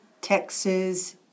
Texas